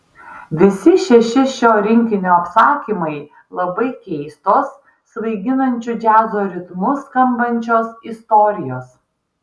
visi šeši šio rinkinio apsakymai labai keistos svaiginančiu džiazo ritmu skambančios istorijos